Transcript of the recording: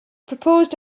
proposed